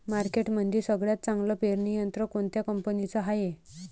मार्केटमंदी सगळ्यात चांगलं पेरणी यंत्र कोनत्या कंपनीचं हाये?